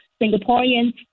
Singaporeans